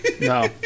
No